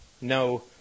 no